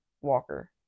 Walker